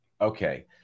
Okay